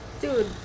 dude